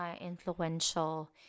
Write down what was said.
influential